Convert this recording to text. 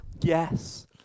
yes